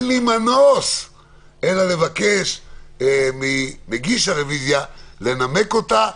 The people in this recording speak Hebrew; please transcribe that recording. אין לי מנוס אלא לבקש ממגיש הרוויזיה לנמק אותה,